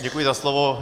Děkuji za slovo.